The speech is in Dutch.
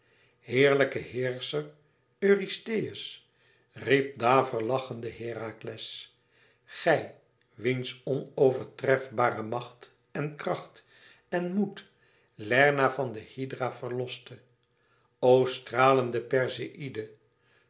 heerlijke heerscher eurystheus riep daverlachende herakles gij wiens onovertrefbare macht en kracht en moed lerna van de hydra verloste o stralende perseïde